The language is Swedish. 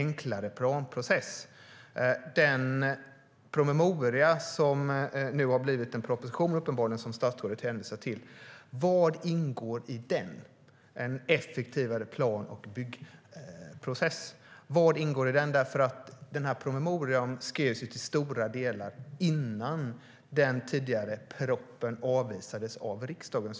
När det gäller promemorian om en effektivare plan och byggprocess, som nu uppenbarligen har lett fram till en proposition och som statsrådet hänvisar till, undrar jag: Vad ingår i den? Denna promemoria skrevs nämligen till stora delar innan den tidigare propositionen avslogs av riksdagen.